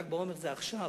ל"ג בעומר זה עכשיו.